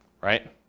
right